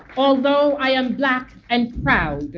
although i am black and proud